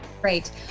Great